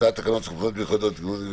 הצעת תקנות סמכויות מיוחדות להתמודדות